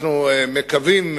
אנחנו מקווים,